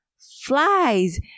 Flies